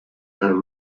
her